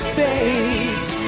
face